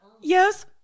yes